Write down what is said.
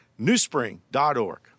newspring.org